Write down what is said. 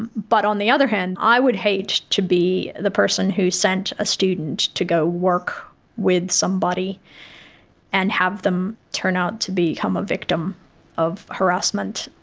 and but on the other hand i would hate to be the person who sent a student to go work with somebody and have them turn out to become a victim of harassment,